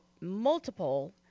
multiple